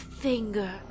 finger